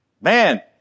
Man